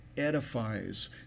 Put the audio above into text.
edifies